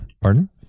Pardon